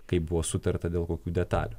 kaip buvo sutarta dėl kokių detalių